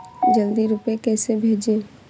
जल्दी रूपए कैसे भेजें?